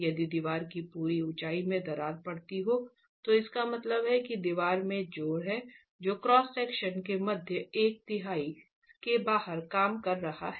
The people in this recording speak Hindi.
यदि दीवार की पूरी ऊंचाई में दरार पड़ती है तो इसका मतलब है कि दीवार में जोर है जो क्रॉस सेक्शन के मध्य एक तिहाई के बाहर काम कर रहा है